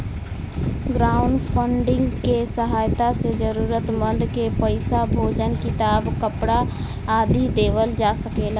crowdfunding के सहायता से जरूरतमंद के पईसा, भोजन किताब, कपरा आदि देवल जा सकेला